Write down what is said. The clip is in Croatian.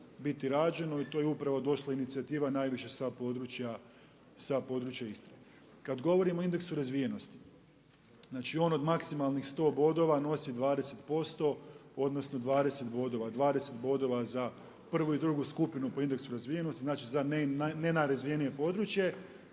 biti rađeno. Tu je upravo došla inicijativa najviše sa područja Istre. Kad govorimo o indeksu razvijenosti, znači on od maksimalnih 100 bodova nosi 20%, odnosno 20 bodova. 20 bodova za prvu i drugu skupinu po indeksu razvijenosti, znači za najnerazvijenije područje.